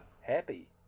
happy